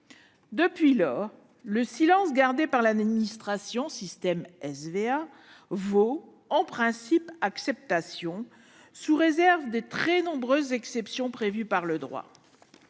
Depuis lors, le silence de l'administration vaut en principe acceptation, sous réserve de très nombreuses exceptions prévues par le droit.